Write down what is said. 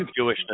Jewishness